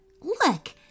Look